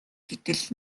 гэтэл